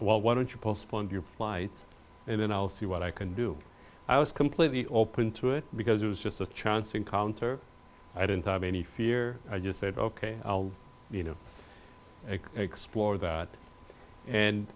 well why don't you postpone your flight and then i'll see what i can do i was completely open to it because it was just a chance encounter i didn't have any fear i just said ok you know explore that and